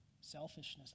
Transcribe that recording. selfishness